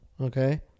Okay